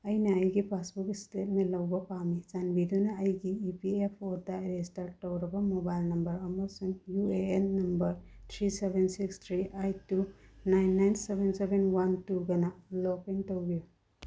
ꯑꯩꯅ ꯑꯩꯒꯤ passbook statement ꯂꯧꯕ ꯄꯥꯝꯃꯤ ꯆꯥꯟꯕꯤꯗꯨꯅ ꯑꯩꯒꯤ ꯏꯤ ꯄꯤ ꯑꯦꯐ ꯑꯣꯗ ꯔꯦꯖꯤꯁꯇꯔ ꯇꯧꯔꯕ ꯃꯣꯕꯥꯏꯜ ꯅꯝꯕꯔ ꯑꯃꯁꯨꯡ U A N number three seven six three eight two nine nine seven seven one ꯇꯨꯒꯅ ꯂꯣꯛ ꯏꯟ ꯇꯧꯕꯤꯌꯨ